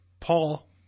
Paul